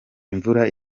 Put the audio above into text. imvura